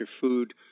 food